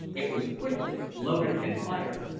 it was quickly loaded and fired.